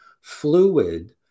fluid